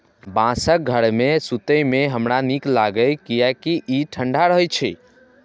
बांसक घर मे सुतै मे हमरा नीक लागैए, कियैकि ई ठंढा रहै छै